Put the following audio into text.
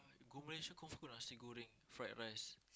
go Malaysia good food nasi-goreng fried rice